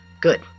Good